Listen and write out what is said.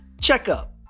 Checkup